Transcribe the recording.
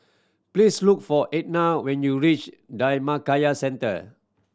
please look for Etna when you reach Dhammakaya Centre